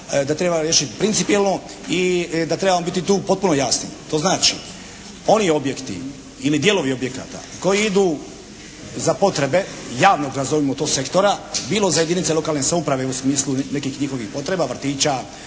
Da treba riješiti principijelno i da trebamo biti tu potpuno jasni. To znači, oni objekti ili dijelovi objekata koji idu za potrebe javnoga nazovimo to sektora bilo za jedinice lokalne samouprave u smislu nekih njihovih potreba, vrtića,